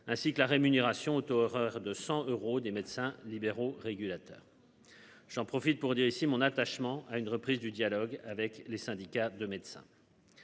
ainsi que la rémunération au taux horaire de 100 euros des médecins libéraux régulateurs. J'en profite pour dire ici mon attachement à une reprise du dialogue avec les syndicats de médecins.